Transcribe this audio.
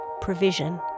provision